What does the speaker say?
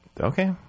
Okay